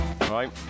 right